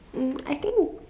mm I think